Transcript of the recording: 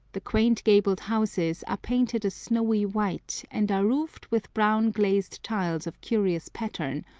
the quaint gabled houses are painted a snowy white, and are roofed with brown glazed tiles of curious pattern,